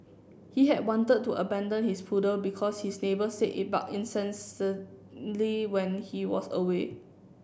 he had wanted to abandon his poodle because his neighbours said it bark when he was away